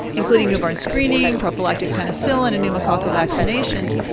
including newborn screening, prophylactic penicillin, and pneumococcal vaccinations,